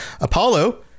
apollo